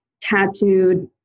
tattooed